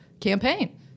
campaign